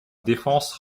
défense